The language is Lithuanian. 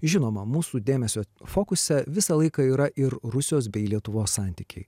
žinoma mūsų dėmesio fokuse visą laiką yra ir rusijos bei lietuvos santykiai